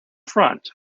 front